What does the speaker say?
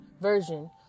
version